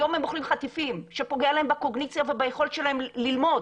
היום הם אוכלים חטיפים שפוגע להם בקוגניציה וביכולת שלהם ללמוד.